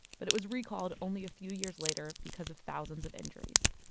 but it was recalled only a few years later because of thousands of injuries.